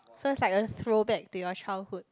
so is like a throwback to your childhood